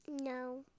No